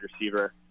receiver